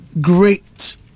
great